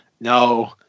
No